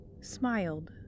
smiled